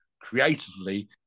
creatively